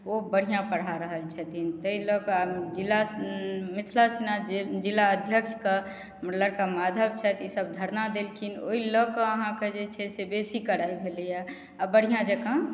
ओ बढिआँ पढ़ा रहल छथिन ताहि लऽ कऽ आब जिला मिथिला सेना जिला अध्यक्षके लड़का माधव छथि ई सभ धरना देलखिन ओहि लऽ कऽ अहाँकेँ जे छै से बेसी कड़ाइ भेलै हँ आब बढ़िआँ जकाँ